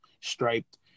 striped